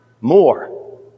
more